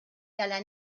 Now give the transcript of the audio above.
dalla